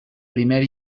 primer